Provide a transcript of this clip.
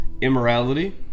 immorality